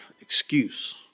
excuse